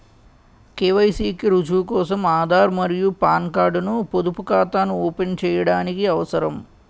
KYC కి రుజువు కోసం ఆధార్ మరియు పాన్ కార్డ్ ను పొదుపు ఖాతాను ఓపెన్ చేయడానికి అవసరం